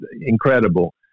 incredible